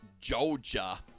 Georgia